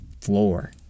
floor